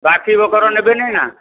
ବାକି ବକର ନେବେନି ନା